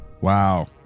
Wow